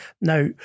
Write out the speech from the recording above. Now